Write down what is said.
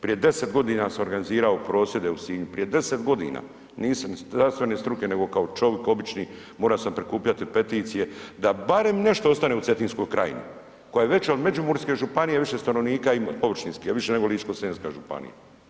Prije 10.g. sam organizirao prosvjede u Sinju, prije 10.g., nisam iz zdravstvene struke, nego kao čovik obični, mora sam prikupljati peticije da barem nešto ostane u Cetinskoj krajini koja je veća od Međimurske županije, više stanovnika ima, površinski je više nego Ličko-senjska županija.